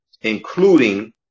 including